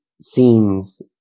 scenes